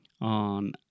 on